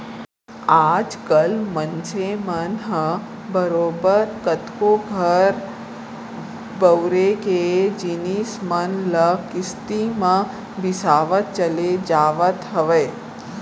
आज कल मनसे मन ह बरोबर कतको घर बउरे के जिनिस मन ल किस्ती म बिसावत चले जावत हवय